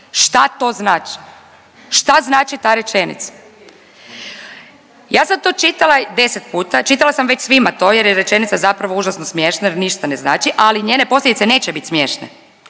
Šta to znači. Šta znači ta rečenica. Ja sam to čitala 10 puta, čitala sam već svima to jer je rečenica zapravo užasno smiješna jer ništa ne znači, ali njene posljedice neće bit smiješne.